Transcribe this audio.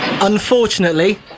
Unfortunately